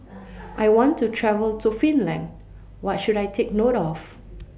I want to travel to Finland What should I Take note of